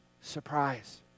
surprise